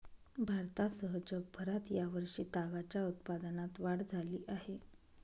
भारतासह जगभरात या वर्षी तागाच्या उत्पादनात वाढ झाली आहे